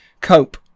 cope